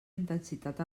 intensitat